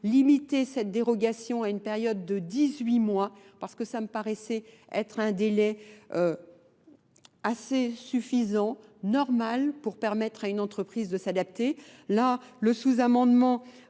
limitait cette dérogation à une période de 18 mois parce que ça me paraissait être un délai assez suffisant, normal, pour permettre à une entreprise de s'adapter. Là, le sous-amendement